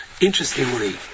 interestingly